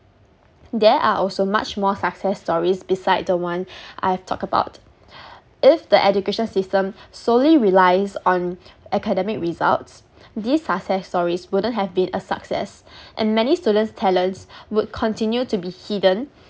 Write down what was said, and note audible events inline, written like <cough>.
there are also much more success stories beside the one <breath> I talked about <breath> if the education system solely relies on academic results these success stories wouldn't have been a success and many students talents would continue to be hidden